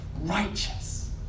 righteous